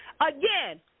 Again